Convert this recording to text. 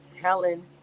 challenge